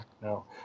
no